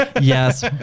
yes